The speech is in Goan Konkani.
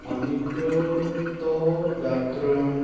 आनीक तो व्याकरण